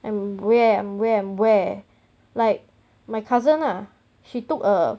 I'm where I'm where like my cousin lah she took a